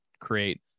create